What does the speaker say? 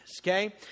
Okay